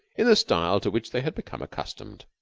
in the style to which they had become accustomed.